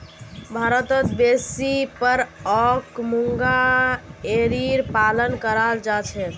भारतत बेसी पर ओक मूंगा एरीर पालन कराल जा छेक